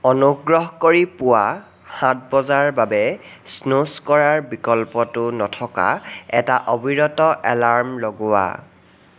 অনুগ্ৰহ কৰি পুৱা সাত বজাৰ বাবে স্নুজ কৰাৰ বিকল্পটো নথকা এটা অবিৰত এলাৰ্ম লগোৱা